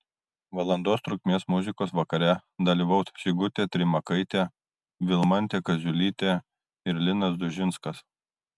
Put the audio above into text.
valandos trukmės muzikos vakare dalyvaus sigutė trimakaitė vilmantė kaziulytė ir linas dužinskas